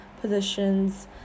positions